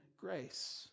grace